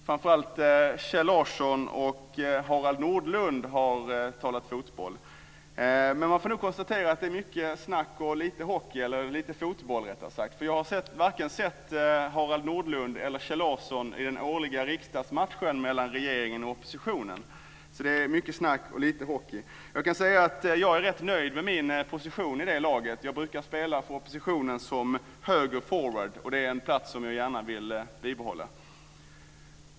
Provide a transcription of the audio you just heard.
Framför allt Kjell Larsson och Harald Nordlund har talat fotboll. Men man får nog konstatera att det är mycket snack och lite hockey - eller lite fotboll rättare sagt. Jag har varken sett Harald Nordlund eller Kjell Larsson i den årliga riksdagsmatchen mellan regeringen och oppositionen. Så det är mycket snack och lite hockey. Jag kan säga att jag är rätt nöjd med min position i det laget. Jag brukar spela för oppositionen som högerforward. Det är en plats som jag gärna vill behålla.